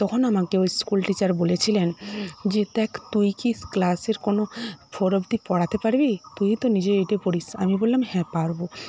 তখন আমাকে ওই স্কুল টিচার বলেছিলেন যে দেখ তুই কি ক্লাসের কোনও ফোর অবধি পড়াতে পারবি তুইই তো নিজে এইটে পড়িস আমি বললাম হ্যাঁ পারব